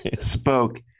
spoke